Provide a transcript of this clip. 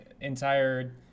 entire